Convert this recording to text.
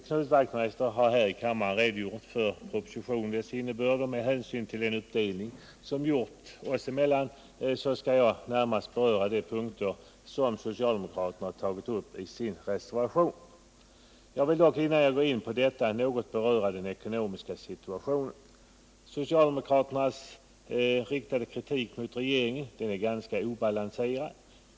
Knut Wachtmeister har här i kammaren redogjort för propositionens innebörd, och med hänsyn till den uppdelning som gjorts oss emellan skall jag närmast beröra de punkter som socialdemokraterna har tagit upp i sin reservation. Jag vill dock, innan jag går in på detta, något beröra den ekonomiska situationen. Den kritik som socialdemokraterna riktar mot regeringen är ganska obalanserad.